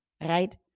right